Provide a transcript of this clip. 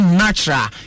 natural